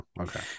Okay